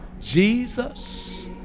Jesus